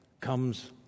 comes